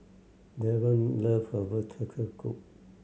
Dereon love herbal turtle